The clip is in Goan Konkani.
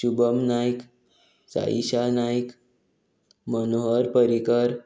शुभम नायक साईशा नाईक मनोहर पर्रिकर